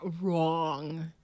wrong